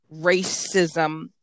racism